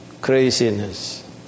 craziness